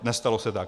Nestalo se tak.